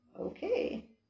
Okay